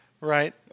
Right